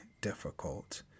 difficult